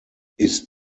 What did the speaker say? ist